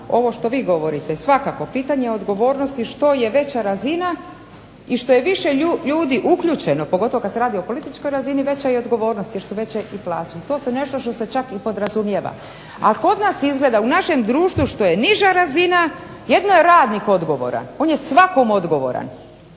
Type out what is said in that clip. ovo što vi govorite svakako pitanje je odgovornosti što je veća razina i što je više ljudi uključeno pogotovo kada se radi o političkoj razini veća je i odgovornost jer su veće i plaće. To je nešto što se čak i podrazumijeva. A kod nas izgleda u našem društvu što je niža razina, jedino je radnik odgovoran, on je svakom odgovoran,